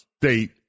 state